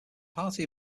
party